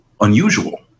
unusual